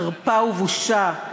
חרפה ובושה.